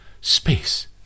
Space